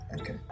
Okay